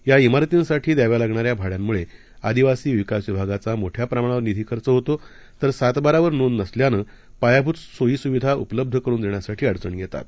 या इमारतींसाठी द्याव्या लागणाऱ्या भाड्यांमुळे आदिवासी विकास विभागाचा मोठ्या प्रमाणावर निधी खर्च होतो तर सातबारावर नोंद नसल्यानं पायाभूत सोयीसुविधा उपलब्ध करून देण्यासाठी अडचणी येतात